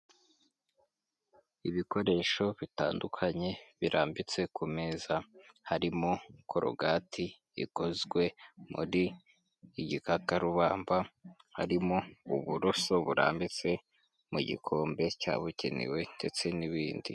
Ibikoresho bitandukanye birambitse ku meza, harimo korogati ikozwe muri igikakarubamba, harimo uburoso burambitse mu gikombe cyabukenewe ndetse n'ibindi.